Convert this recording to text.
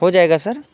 ہو جائے گا سر